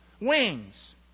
Wings